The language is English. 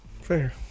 Fair